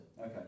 Okay